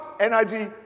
energy